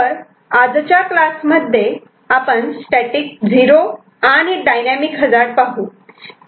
तर आजच्या क्लासमध्ये आपण स्टॅटिक 0 आणि डायनॅमिक हजार्ड पाहू